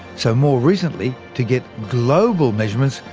so more recently, to get global measurements,